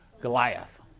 Goliath